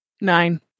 Nine